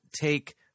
take